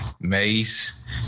Mace